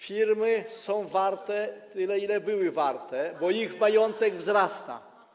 Firmy są warte tyle, ile były warte, bo ich majątek wzrasta.